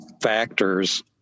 factors